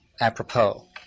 apropos